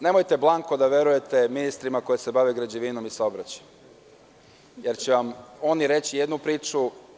Nemojte blanko da verujete ministrima koji se bave građevinom i saobraćajem, jer će vam oni reći jednu priču.